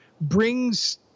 brings